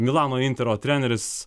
milano intero treneris